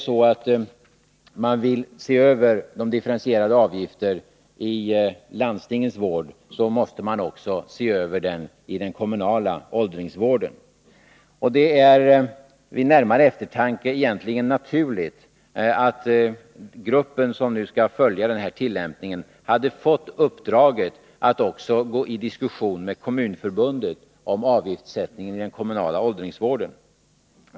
Vill man se över de differentierade avgifterna i landstingens vård måste man också se över dem i den kommunala åldringsvården. Det hade vid närmare eftertanke egentligen varit naturligt att gruppen som nu skall följa tillämpningen av de differentierade avgifterna hade fått uppdraget att också gå i diskussion med Kommunförbundet om avgiftssättningen i den kommunala åldringsvården.